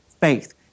faith